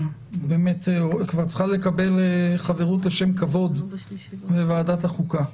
באמת את כבר צריכה לקבל חברות לשם כבוד בוועדת החוקה.